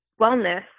wellness